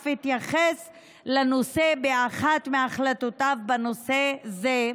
אף התייחס לנושא באחת מהחלטותיו בנושא זה,